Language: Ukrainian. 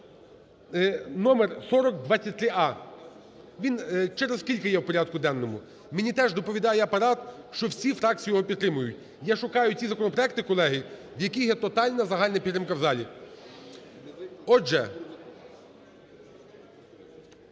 Це № 4023а. Він через кілька є у порядку денному. Мені теж доповідає Апарат, що всі фракції його підтримують. Я шукаю ті законопроекти, колеги, в яких є тотальна загальна підтримка в залі. Отже,